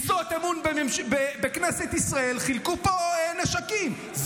משרות אמון בכנסת ישראל חילקו פה נשקים.